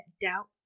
doubt